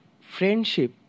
friendship